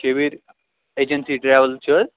Shabir agency travel چھُو حظ